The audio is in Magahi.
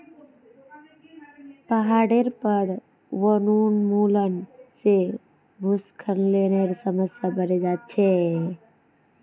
पहाडेर पर वनोन्मूलन से भूस्खलनेर समस्या बढ़े जा छे